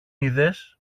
είδες